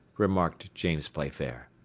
remarked james playfair.